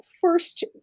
first